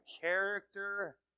character